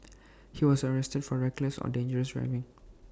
he was arrested for reckless or dangerous driving